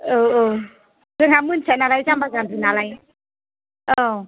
औ औ जोंहा मिन्थियानालाय जामबा जामबि नालाय औ